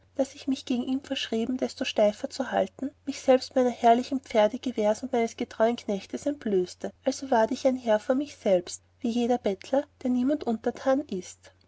das ich mich gegen ihm verschrieben desto steifer zu halten mich selbst meiner herrlichen pferde gewehrs und des getreuen knechts entblößte also ward ich ein herr vor mich selber wie jeder bettler der niemand untertan ist